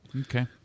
okay